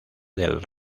del